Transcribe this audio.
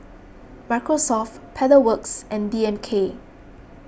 Microsoft Pedal Works and D M K